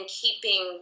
keeping